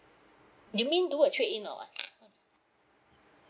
you mean do a trade in or what